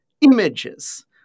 images